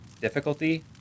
difficulty